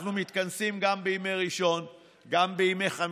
אנחנו מתכנסים גם בימי ראשון וגם בימי חמישי,